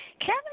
Kevin